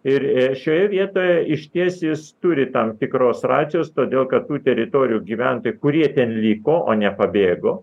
ir šioje vietoje išties jis turi tam tikros racijos todėl kad tų teritorijų gyventojai kurie ten liko o nepabėgo